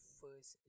first